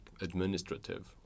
administrative